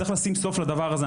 צריך לשים סוף לדבר הזה.